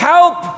Help